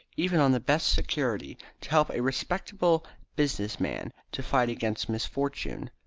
even on the best security, to help a respectable business man to fight against misfortune.